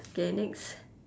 okay next